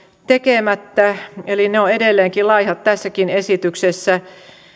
tekemättä eli ne ovat edelleenkin laihat tässäkin esityksessä